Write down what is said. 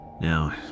Now